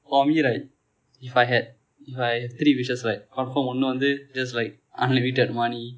for me right if I had if I had three wishes right confirm ஒன்னு வந்து:onnu vandthu just like unlimited money